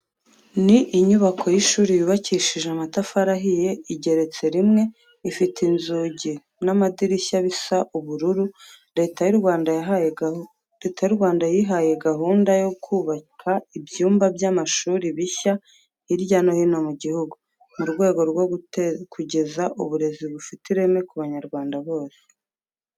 Ni inyubako y'ishuri yubakishije amatafari ahiye igeretse rimwe, ifite inzugi n'amadirishya bisa ubururu. Leta y'u Rwanda yihaye gahunda yo kubaka ibyumba by'amashuri bishya hirya no hino mu gihugu mu rwego rwo kugeza uburezi bufite ireme ku banyarwanda bose.